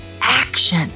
action